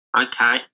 Okay